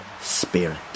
spirit